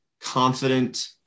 confident